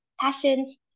passions